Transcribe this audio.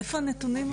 מאיפה הנתונים האלה?